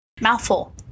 mouthful